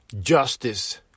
justice